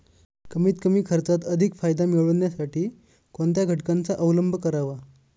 कमीत कमी खर्चात अधिक फायदा मिळविण्यासाठी कोणत्या घटकांचा अवलंब करावा?